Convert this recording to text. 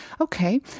Okay